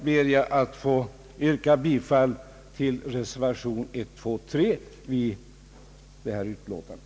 Med dessa kommentarer vill jag yrka bifall till de reservationer som är fogade till statsutskottets utlåtande nr 175.